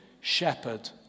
shepherd